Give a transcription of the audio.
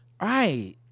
right